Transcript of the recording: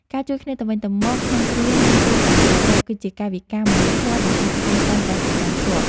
ការជួយគ្នាទៅវិញទៅមកក្នុងគ្រាមានគ្រោះថ្នាក់ចរាចរណ៍ គឺជាកាយវិការមនុស្សធម៌ដែលសហគមន៍តែងតែប្រកាន់ខ្ជាប់។